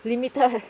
limited